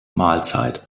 mahlzeit